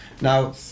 Now